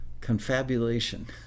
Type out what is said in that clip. Confabulation